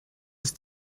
ist